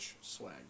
swag